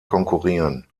konkurrieren